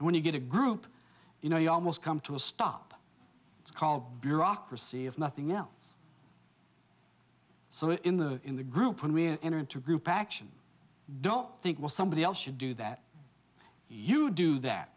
and when you get a group you know you almost come to a stop it's called bureaucracy of nothing else so in the in the group when we enter into group action don't think what somebody else should do that you do that